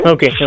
Okay